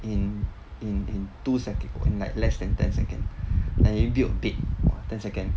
in in in two seconds in like less than ten seconds then he built ten seconds